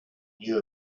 knew